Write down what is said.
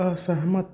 असहमत